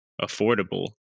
affordable